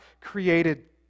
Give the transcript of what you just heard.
created